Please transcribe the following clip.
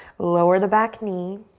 lower the back knee.